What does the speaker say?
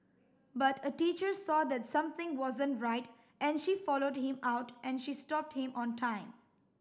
but a teacher saw that something wasn't right and she followed him out and she stopped him on time